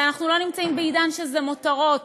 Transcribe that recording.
ואנחנו לא נמצאים בעידן שזה מותרות,